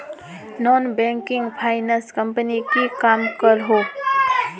Non banking finance company की काम करोहो?